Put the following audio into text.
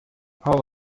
all